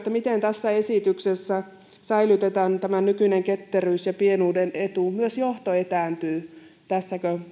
miten tässä esityksessä säilytetään tämä nykyinen ketteryys ja pienuuden etu myös johto etääntyy tässä